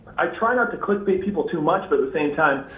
i try not to clickbait people too much, but at the same time,